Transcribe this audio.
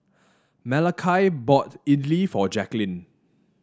Malachi bought Idili for Jaquelin